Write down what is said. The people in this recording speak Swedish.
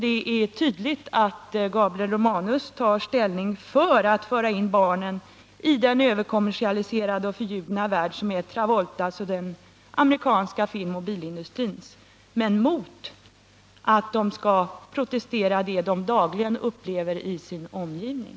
Det är tydligt att Gabriel Romanus tar ställning för att föra in barnen i den överkommersialiserade och förljugna värld som är Travoltas och den amerikanska filmoch bilindustrins, men mot att barnen skall protestera emot det som de dagligen upplever i sin omgivning.